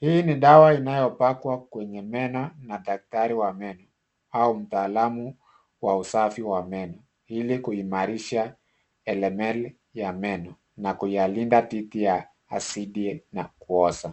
Hii ni dawa inayopakwa kwenye meno na dakitari wa meno au mtalamu wa usafi wa meno. Hili kuhimarisha elemeri ya meno na kuyalinda dhidi ya asidi na kuoza.